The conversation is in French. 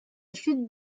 chute